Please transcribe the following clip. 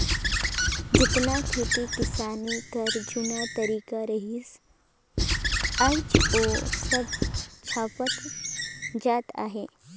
जेतना खेती किसानी कर जूना तरीका रहिन आएज ओ सब छपत जात अहे